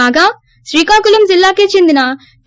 కాగా శ్రీకాకుళం జిల్లాకే చెందిన కే